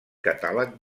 catàleg